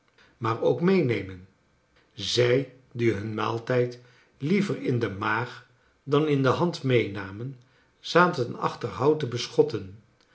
maar ook meenemen zij die hun maaltrjd liever in de maag dan in de hand meenamen zaten achter houten beschotten